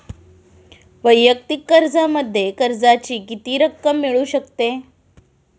वैयक्तिक कर्जामध्ये कर्जाची किती रक्कम मिळू शकते?